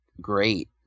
great